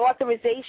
authorization